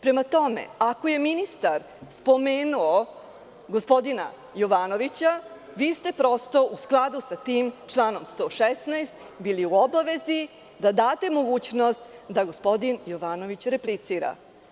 Prema tome, ako je ministar spomenuo gospodina Jovanovića, vi ste prosto u skladu sa tim članom 116. bili u obavezi da date mogućnost da gospodin Jovanović replicira.